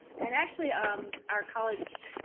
and actually um our college,